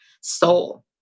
soul